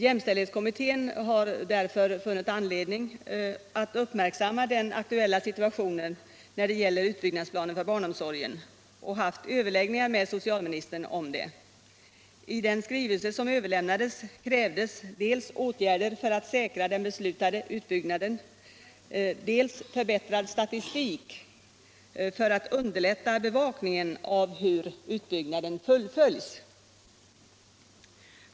Jämställdhetskommittén har därför funnit anledning att uppmärksamma den aktuella situationen när det gäller utbyggnadsplanen för barnomsorgen och har haft överläggningar med socialministern. I den skrivelse som överlämnades krävdes dels åtgärder för att säkra den beslutade utbyggnaden, dels förbättrad statistik för att underlätta bevakningen av hur utbyggnaden fullföljs.